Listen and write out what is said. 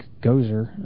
Gozer